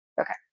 okay